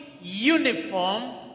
uniform